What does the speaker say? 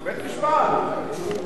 בית-משפט.